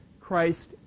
Christ